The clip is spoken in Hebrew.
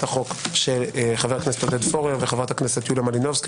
החוק של חברי הכנסת פורר ומלינובסקי.